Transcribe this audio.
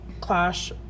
Clash